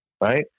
right